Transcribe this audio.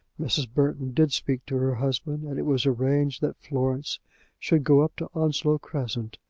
mrs. burton did speak to her husband, and it was arranged that florence should go up to onslow crescent.